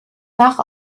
nach